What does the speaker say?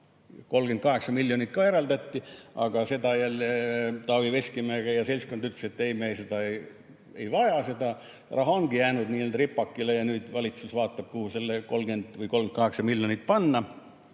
38 miljonit eraldati. Aga Taavi Veskimägi ja seltskond ütlesid, et me ei vaja seda. Raha ongi jäänud nii-öelda ripakile ja nüüd valitsus vaatab, kuhu see 30 või 38 miljonit panna.